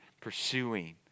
Pursuing